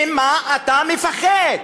ממה אתה מפחד?